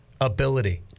ability